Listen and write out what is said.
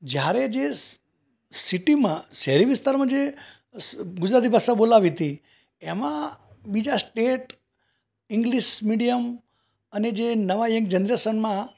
જયારે જે સિટીમાં શહેરી વિસ્તારમાં જે ગુજરાતી ભાષા બોલાતી હતી એમાં બીજા સ્ટેટ ઇંગ્લિશ મીડિયમ અને જે નવા એક જનરેશનમાં